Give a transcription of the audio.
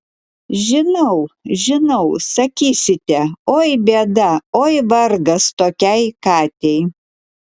žinau žinau sakysite oi bėda oi vargas tokiai katei